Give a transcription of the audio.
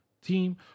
team